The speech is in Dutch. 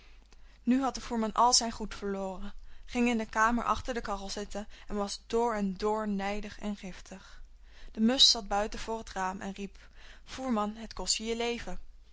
nu had de voerman al zijn goed verloren ging in de kamer achter de kachel zitten en was door en door nijdig en giftig de musch zat buiten voor het raam en riep voerman het kost je je leven